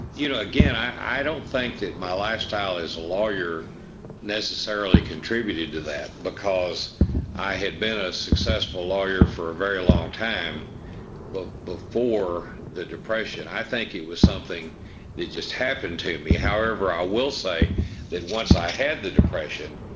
you know, again, i don't think that my lifestyle as a lawyer necessarily contributed to that, because i had been a successful lawyer for a very long time but before the depression i think it was something that just happened to me. however, i will say that once i had the depression,